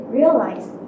realize